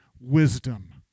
wisdom